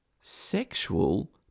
sexual